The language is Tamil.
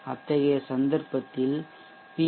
அத்தகைய சந்தர்ப்பத்தில் பி